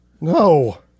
No